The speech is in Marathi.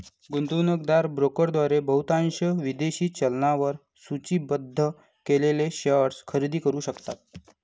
गुंतवणूकदार ब्रोकरद्वारे बहुतांश विदेशी चलनांवर सूचीबद्ध केलेले शेअर्स खरेदी करू शकतात